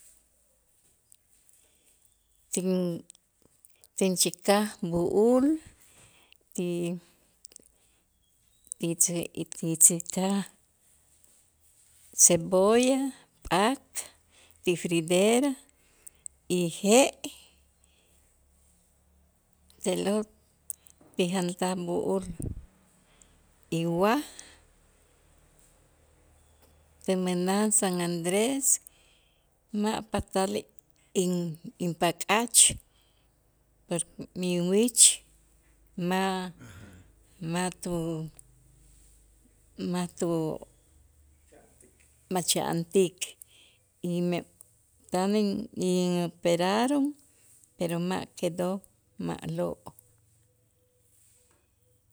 Tin- tinchäkaj b'u'ul ti tzi ti tzikaj cebolla, p'ak ti fridera y je' te'lo' tinjantaj b'u'ul y waj tinmänaj San Andres ma' patal inpäk'ach por mi inwich ma' ma' tu ma' tu ma' cha'antik y me tan in- y operaron ma' quedo ma'lo'.